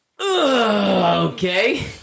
Okay